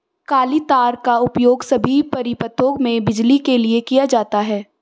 काली तार का उपयोग सभी परिपथों में बिजली के लिए किया जाता है